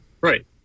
Right